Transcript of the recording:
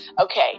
Okay